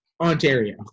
Ontario